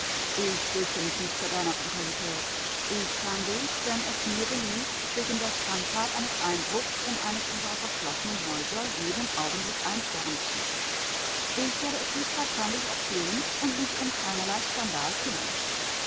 ich fürchte mich nicht vor deiner brutalität ich kann dich wenn es mir beliebt wegen der schandtat eines einbruchs in eines unserer verschlossenen häuser jeden augenblick einsperren lassen ich werde es höchstwahrscheinlich auch tun und mich um keinerlei skandal kümmern